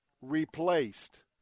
replaced